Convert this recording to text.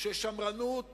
ששמרנות